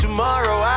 Tomorrow